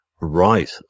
right